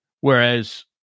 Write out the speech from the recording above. whereas